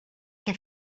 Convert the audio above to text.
què